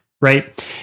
Right